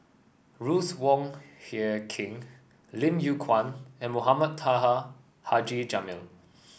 Ruth Wong Hie King Lim Yew Kuan and Mohamed Taha Haji Jamil